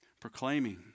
proclaiming